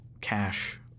cash –